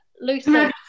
Lucy